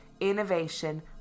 innovation